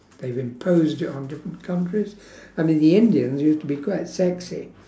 they've imposed it on different countries I mean the indians used to be quite sexy